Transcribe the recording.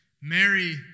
Mary